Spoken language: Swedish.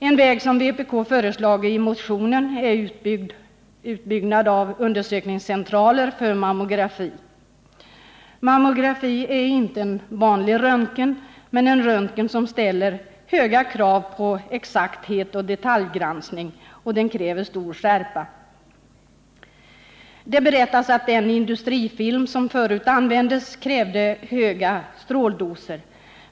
En väg som vpk föreslagit i motionen är utbyggnad av undersökningscentraler för mammografi. Mammografi är inte en vanlig röntgen. Det är en form av röntgen som ställer höga krav på exakthet och detaljgranskning, och den kräver stor skärpa. Det berättas att den industrifilm som förut användes krävde högre stråldoser.